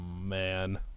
man